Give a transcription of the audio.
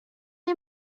est